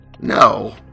No